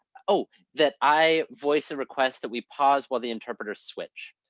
oh, that i voice a request that we pause while the interpreter switch.